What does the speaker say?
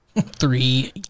three